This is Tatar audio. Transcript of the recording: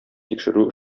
тикшерү